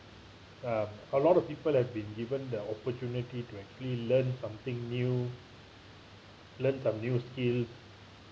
uh a lot of people have been given the opportunity to actually learn something new learn some new skill